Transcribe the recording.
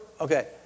Okay